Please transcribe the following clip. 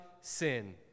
sin